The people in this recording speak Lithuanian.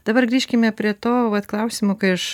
dabar grįžkime prie to klausimo kai aš